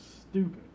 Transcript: stupid